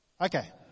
Okay